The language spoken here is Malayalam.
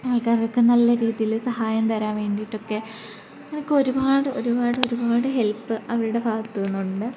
ആൾക്കാരൊക്കെ നല്ല രീതിയിൽ സഹായം തരാൻ വേണ്ടിയിട്ടൊക്കെ അവർക്കൊരുപാട് ഒരുപാട് ഒരുപാട് ഹെൽപ്പ് അവരുടെ ഭാഗത്ത് നിന്ന് ഉണ്ട്